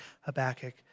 Habakkuk